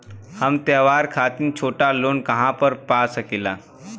हम त्योहार खातिर छोटा लोन कहा पा सकिला?